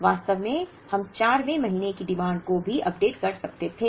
वास्तव में हम 4 वें महीने की डिमांड को भी अपडेट कर सकते थे